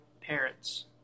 parents